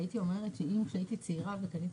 והייתי אומרת שאם כשהייתי צעירה וקניתי